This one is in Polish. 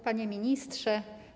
Panie Ministrze!